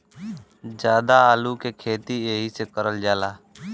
जादा आलू के खेती एहि से करल जाला